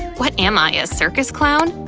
what am i, a circus clown?